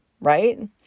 right